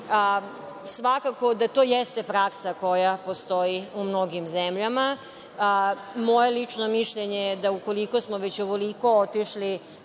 Svakako da to jeste praksa koja postoji u mnogim zemljama. Moje lično mišljenje je da je, ukoliko smo već ovoliko otišli